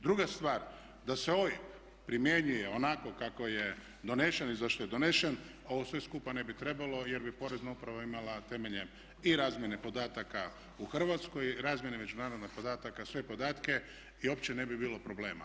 Druga stvar, da se OIB primjenjuje onako kako je donesen i zašto je donesen ovo sve skupa ne bi trebalo jer bi porezna uprava imala temelje i razmjene podataka u Hrvatskoj, razmjene međunarodnih podataka sve podatke i opće ne bi bilo problema.